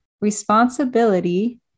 responsibility